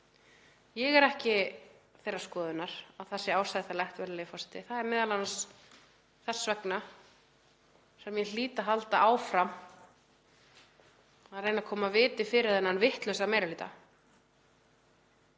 Ég er ekki þeirrar skoðunar að það sé ásættanlegt, virðulegi forseti. Það er m.a. þess vegna sem ég hlýt að halda áfram að reyna að koma viti fyrir þennan vitlausa meiri